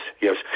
yes